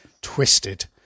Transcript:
Twisted